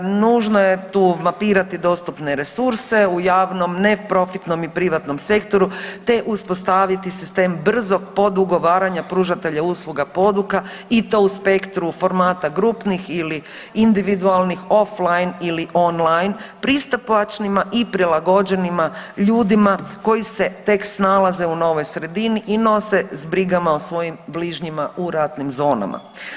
Nužno je tu mapirati dostupne resurse u javnom neprofitnom i privatnom sektoru, te uspostaviti sistem brzog podugovaranja pružatelja usluga, poduka i to u spektru formata grupnih ili individualnih off line ili on line pristupačnima i prilagođenima ljudima koji se tek snalaze u novoj sredini i nose s brigama o svojim bližnjima u ratnim zonama.